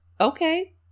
Okay